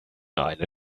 eine